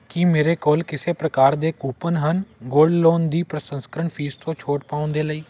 ਕੀ ਮੇਰੇ ਕੋਲ ਕਿਸੇ ਪ੍ਰਕਾਰ ਦੇ ਕੂਪਨ ਹਨ ਗੋਲਡ ਲੋਨ ਦੀ ਪਰਸੰਸਕਰਣ ਫ਼ੀਸ ਤੋਂ ਛੋਟ ਪਾਉਣ ਦੇ ਲਈ